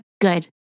good